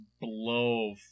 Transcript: blow